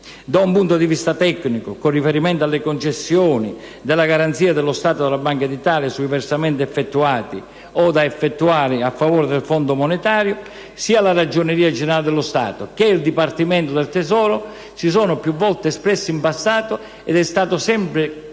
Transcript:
Da un punto di vista tecnico, con riferimento alla concessione della garanzia dello Stato alla Banca d'Italia sui versamenti effettuati e da effettuare in favore del Fondo, sia la Ragioneria generale dello Stato che il Dipartimento del tesoro si sono più volte espressi in passato ed è sempre stato